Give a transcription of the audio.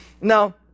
Now